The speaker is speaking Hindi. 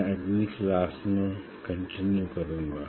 मैं अगली क्लास में कंटिन्यू करूँगा